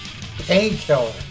painkiller